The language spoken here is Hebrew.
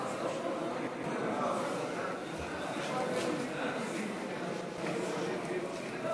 משפטית בין מדינות (תיקון מס' 10),